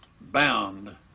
bound